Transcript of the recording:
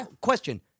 question